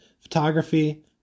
photography